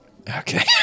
Okay